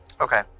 Okay